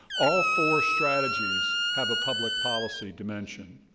all four strategies have a public policy dimension.